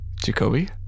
Jacoby